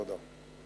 תודה.